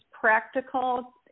practical